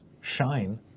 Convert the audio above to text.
shine